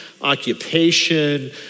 occupation